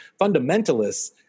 fundamentalists